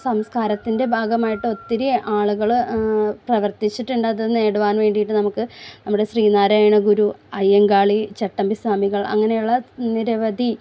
സംസ്കാരത്തിൻ്റെ ഭാഗമായിട്ട് ഒത്തിരി ആളുകൾ പ്രവർത്തിച്ചിട്ടുണ്ട് അത് നേടുവാൻ വേണ്ടിയിട്ട് നമുക്ക് നമ്മുടെ ശ്രീനാരായണ ഗുരു അയ്യങ്കാളി ചട്ടമ്പി സ്വാമികൾ അങ്ങനെയുള്ള നിരവധി